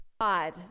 God